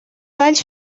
valls